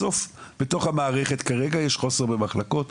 בסוף בתוך המערכת יש חוסר במחלקות,